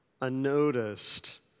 unnoticed